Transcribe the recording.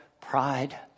pride